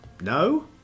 No